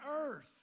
earth